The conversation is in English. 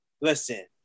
listen